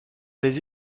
les